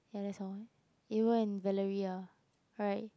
ya that's all you Evan and Valerie ah right